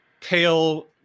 pale